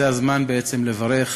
וזה הזמן בעצם לברך